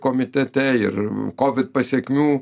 komitete ir covid pasekmių